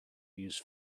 use